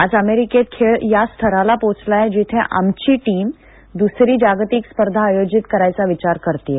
आज अमेरिकेत खेळ या स्तराला पोहचलाय जिथे आमची टीम दुसरी जागतिक स्पर्धा आयोजित करायचा विचार करतेय